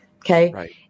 Okay